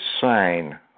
sign